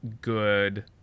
good